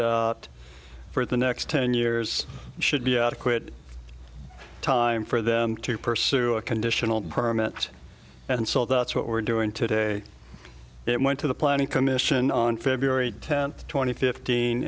for the next ten years should be adequate time for them to pursue a conditional permit and so that's what we're doing today it went to the planning commission on february tenth tw